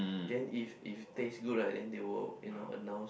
then if if taste good right then they will you know announce